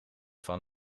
van